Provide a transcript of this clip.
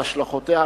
על השלכותיה,